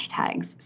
hashtags